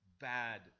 bad